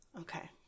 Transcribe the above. Okay